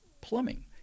plumbing